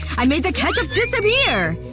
i made the ketchup disappear!